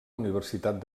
universitat